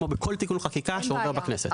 כמו בכל תיקון חקיקה שעובר בכנסת.